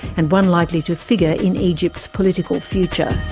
and one likely to figure in egypt's political future.